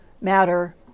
matter